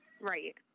Right